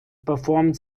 performed